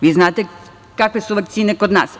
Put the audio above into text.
Vi znate kakve su vakcine kod nas.